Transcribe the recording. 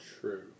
True